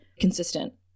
consistent